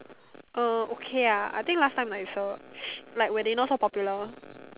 uh okay ah I think last time nicer like when they not so popular